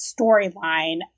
storyline